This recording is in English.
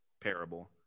parable